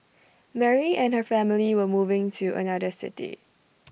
Mary and her family were moving to another city